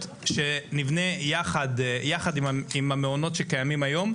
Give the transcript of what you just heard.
שנבנה יחד עם המעונות שקיימים היום,